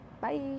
bye